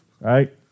right